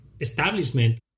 establishment